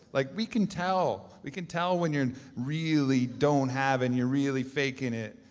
like we can tell. we can tell when you're really don't have and you're really faking it.